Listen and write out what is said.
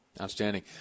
Outstanding